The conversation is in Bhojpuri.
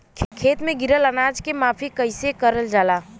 खेत में गिरल अनाज के माफ़ी कईसे करल जाला?